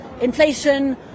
inflation